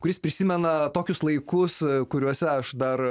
kuris prisimena tokius laikus kuriuose aš dar